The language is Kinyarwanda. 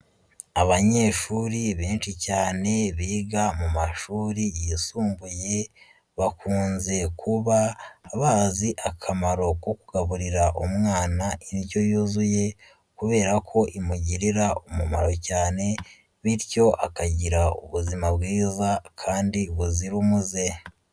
Abanyeshuri benshi cyane biga mu mashuri yisumbuye bakunze kuba bazi akamaro ko kugaburira umwana indyo yuzuye, kubera ko imugirira umumaro cyane bityo akagira ubuzima bwiza kandi buzira umuze.